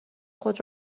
خود